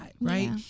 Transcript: right